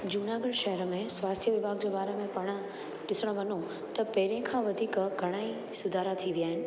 जूनागढ़ शहर में स्वास्थ्य विभाग जे बारे में पाण ॾिसणु वञू त पहिरीं खां वधीक घणेई सुधार थी विया आहिनि